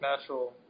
natural